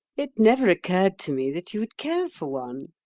it never occurred to me that you would care for one.